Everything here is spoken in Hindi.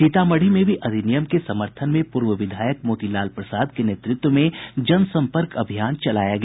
सीतामढ़ी में भी अधिनियम के समर्थन में पूर्व विधायक मोतीलाल प्रसाद के नेतृत्व में जनसंपर्क अभियान चलाया गया